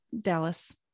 Dallas